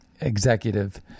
executive